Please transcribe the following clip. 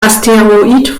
asteroid